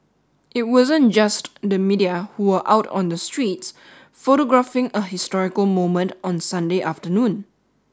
it wasn't just the media who were out on the streets photographing a historical moment on Sunday afternoon